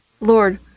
Lord